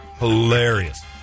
hilarious